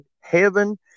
heaven